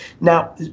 Now